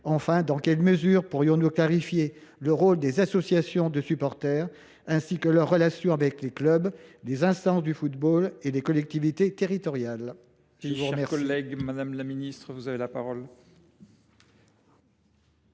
Enfin, dans quelle mesure pourrions nous clarifier le rôle des associations de supporters, ainsi que leurs relations avec les clubs, les instances du football et les collectivités territoriales ?